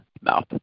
mouth